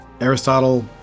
Aristotle